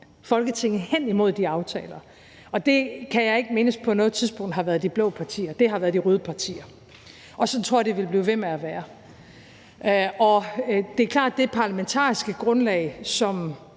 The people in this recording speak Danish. Folketinget hen imod de aftaler, og det kan jeg ikke mindes på noget tidspunkt har været de blå partier. Det har været de røde partier, og sådan tror jeg det vil blive ved med at være. Det er klart, at det parlamentariske grundlag, som